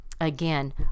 Again